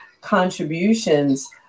contributions